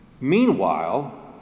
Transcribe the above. Meanwhile